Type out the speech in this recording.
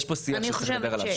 פה שיח שאפשר לדבר עליו.